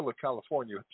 California